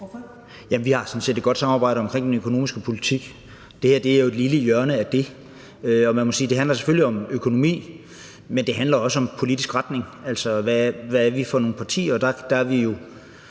(DF): Vi har sådan set et godt samarbejde omkring den økonomiske politik. Det her er jo et lille hjørne af den. Man må sige, at det selvfølgelig handler om økonomi, men det handler også om en politisk retning, altså hvad vi er for nogle partier, og der er vi jo